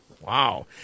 Wow